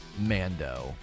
Mando